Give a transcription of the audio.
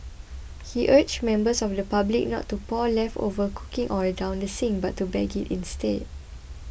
he urged members of the public not to pour leftover cooking oil down the sink but to bag it instead